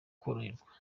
koroherwa